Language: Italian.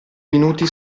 minuti